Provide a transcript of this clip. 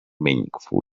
meaningful